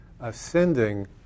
ascending